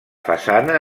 façana